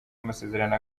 amasezerano